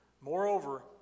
Moreover